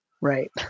right